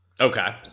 Okay